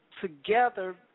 together